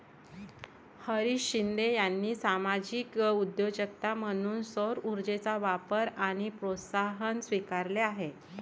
हरीश शिंदे यांनी सामाजिक उद्योजकता म्हणून सौरऊर्जेचा वापर आणि प्रोत्साहन स्वीकारले आहे